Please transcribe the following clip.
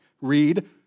Read